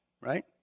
Right